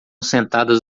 sentadas